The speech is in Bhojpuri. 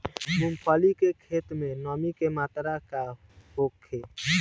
मूँगफली के खेत में नमी के मात्रा का होखे?